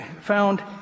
found